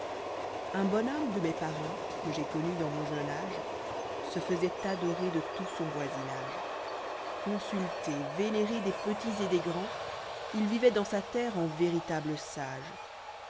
un bon homme dé mésjpârènts que j'ai connù'dans'moà jèùneâgej se faisoit adorer de tout son voisinage consulté vénéré dés petits'et des grands il vivoit dans satèrre ën véritable sage